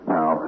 Now